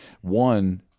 One